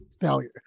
failure